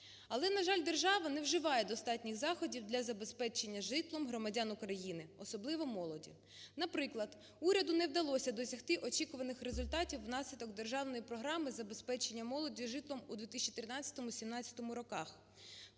Але, на жаль, держава не вживає достатніх заходів для забезпечення житлом громадян України, особливо молоді. Наприклад, уряду не вдалося досягти очікуваних результатів внаслідок Державної програми забезпечення молоді житлом у 2013-17 роках.